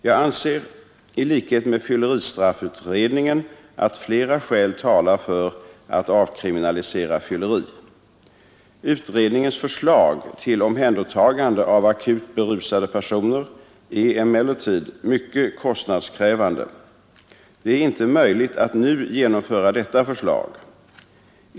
Jag anser i likhet med fylleristraffutredningen att flera skäl talar för att avkriminalisera fylleri. Utredningens förslag till omhändertagande av akut berusade personer är emellertid mycket kostnadskrävande. Det är inte möjligt att nu genomföra detta förslag.